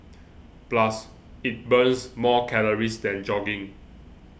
plus it burns more calories than jogging